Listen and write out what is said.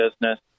business